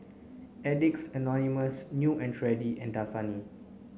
Addicts Anonymous New and Trendy and Dasani